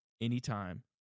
anytime